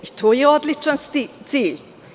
To je odličan cilj.